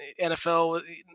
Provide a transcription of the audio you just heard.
NFL